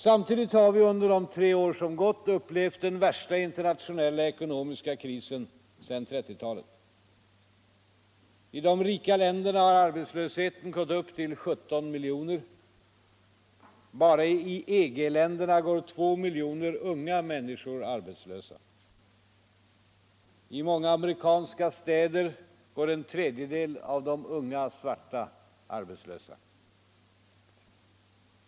Samtidigt har vi, under de tre år som gått, upplevt den värsta internationella ekonomiska krisen sedan 1930-talet. I de rika länderna har arbetslösheten gått upp till 17 miljoner. Bara i EG-länderna går 2 miljoner unga arbetslösa. I många amerikanska städer går en tredjedel av de unga svarta arbetslösa.